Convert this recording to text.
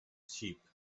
sheep